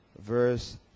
verse